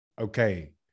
okay